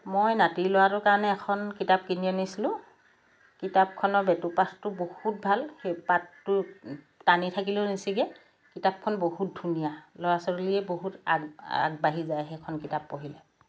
মই নাতি ল'ৰাটোৰ কাৰণে এখন কিতাপ কিনি আনিছিলোঁ কিতাপখনৰ বেটুপাতটো বহুত ভাল সেই পাতটো টানি থাকিলেও নিচিঙে কিতাপখন বহুত ধুনীয়া ল'ৰা ছোৱালীয়ে বহুত আগ আগবাঢ়ি যায় সেইখন কিতাপ পঢ়িলে